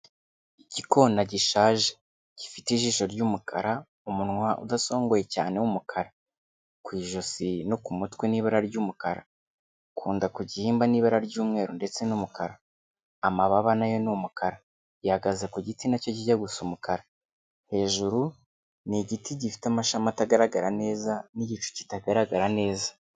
Igikona gishaje, gifite ijisho ry'umukara, umunwa udasongoye cyane w'umukara, ku ijosi no ku mutwe ni ibara ry'umukara, ku nda ku gihimba ni ibara ry'umweru ndetse n'umukara, amababa na yo ni umukara, gihagaze ku giti na cyo kijya gusa umukara, hejuru ni igiti gifite amashami atagaragara neza, n'igicu kitagaragara neza.